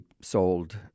sold